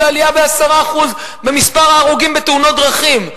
העלייה ב-10% במספר ההרוגים בתאונות דרכים.